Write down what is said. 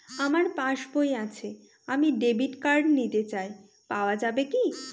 আমার পাসবই আছে আমি ডেবিট কার্ড নিতে চাই পাওয়া যাবে কি?